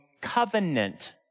covenant